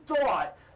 thought